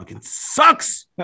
sucks